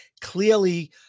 clearly